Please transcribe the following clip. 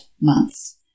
months